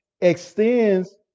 extends